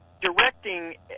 directing